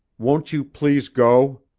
won't you please go?